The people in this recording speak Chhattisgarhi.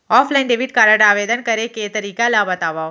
ऑफलाइन डेबिट कारड आवेदन करे के तरीका ल बतावव?